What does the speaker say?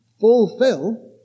fulfill